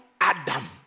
Adam